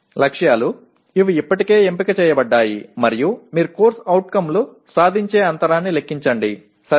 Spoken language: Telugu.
లక్ష్యాలు ఇవి ఇప్పటికే ఎంపిక చేయబడ్డాయి మరియు మీరు CO సాధించే అంతరాన్ని లెక్కించండి సరేనా